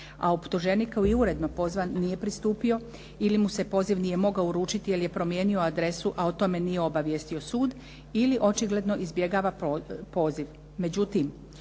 a optuženik koji je uredno pozvan nije pristupio ili mu se poziv nije mogao uručiti jer je promijenio adresu a o tome nije obavijestio sud ili očigledno izbjegava poziv.